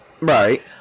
Right